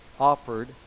offered